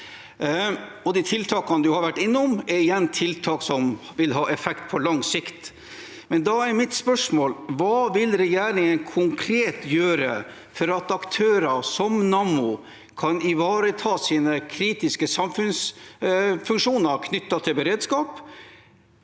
De tiltakene han har vært innom, er igjen tiltak som vil ha effekt på lang sikt. Da er mitt spørsmål: Hva vil regjeringen konkret gjøre for at aktører som Nammo kan ivareta sine kritiske samfunnsfunksjoner knyttet til beredskap